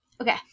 Okay